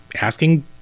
asking